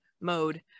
mode